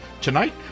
tonight